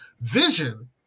Vision